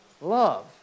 Love